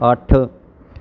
ਅੱਠ